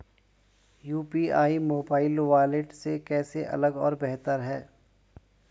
UPI mobile wallet से कैसे अलग और बेहतर है?